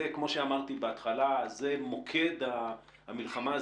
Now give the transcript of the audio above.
כמו שאמרתי, זה מוקד המלחמה.